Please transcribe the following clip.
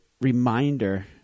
reminder